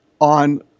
on